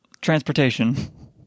transportation